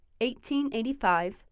1885